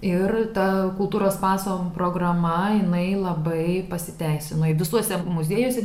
ir ta kultūros paso programa jinai labai pasiteisino visuose muziejuose